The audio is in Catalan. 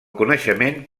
coneixement